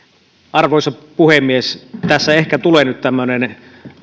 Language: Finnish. arvoisa puhemies tässä ehkä tulee nyt tämmöinen